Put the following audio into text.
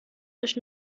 euch